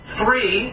three